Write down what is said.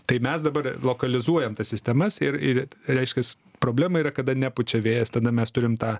tai mes dabar lokalizuojam tas sistemas ir ir reiškias problema yra kada nepučia vėjas tada mes turim tą